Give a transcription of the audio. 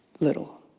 little